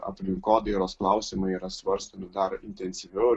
aplinkodairos klausimai yra svarstomi dar intensyviau